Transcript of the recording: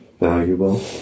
valuable